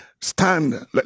stand